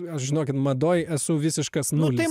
aš žinokit madoj esu visiškas nulis